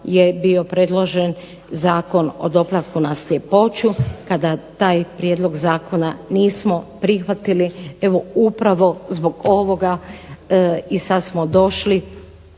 je bio predložen Zakon o doplatku na sljepoću, kada taj prijedlog zakona nismo prihvatili. Evo upravo zbog ovoga i sad smo došli